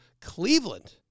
Cleveland